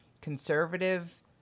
conservative